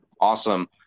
Awesome